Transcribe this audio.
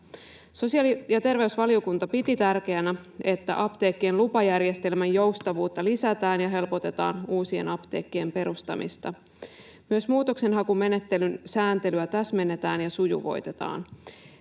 Sosiaali- ja terveysvaliokunta piti tärkeänä, että apteekkien lupajärjestelmän joustavuutta lisätään ja helpotetaan uusien apteekkien perustamista. Myös muutoksenhakumenettelyn sääntelyä täsmennetään ja sujuvoitetaan.